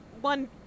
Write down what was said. one